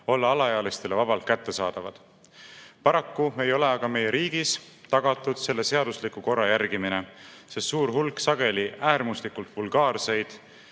olla alaealistele vabalt kättesaadavad. Paraku ei ole aga meie riigis tagatud selle seadusliku korra järgimine, sest suur hulk sageli äärmuslikult vulgaarseid,